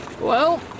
Well